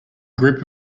group